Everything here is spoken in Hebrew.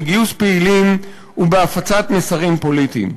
בגיוס פעילים ובהפצת מסרים פוליטיים.